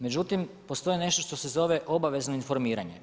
Međutim, postoji nešto što što se zove obavezno informiranje.